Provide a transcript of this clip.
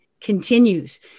continues